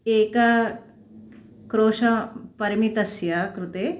एकः क्रोशः परिमितस्य कृते